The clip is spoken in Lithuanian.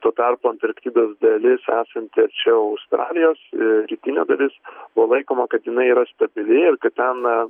tuo tarpu antarktidos dalis esanti arčiau australijos rytinė dalis buvo laikoma kad jinai yra stabili ir kad ten